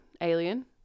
Alien